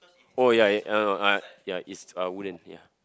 oh ya uh uh ya it's uh wooden ya